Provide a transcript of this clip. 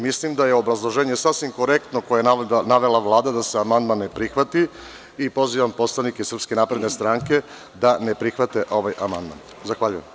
Mislim da je obrazloženje sasvim korektno koje je navela Vlada da se amandman ne prihvati i pozivam poslanike SNS da ne prihvate ovaj amandman.